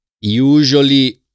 Usually